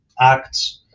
acts